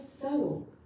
subtle